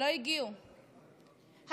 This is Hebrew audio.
לא הגיעו,